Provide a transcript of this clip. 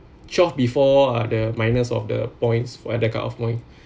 twelve before are the minus of the points for the cutoff point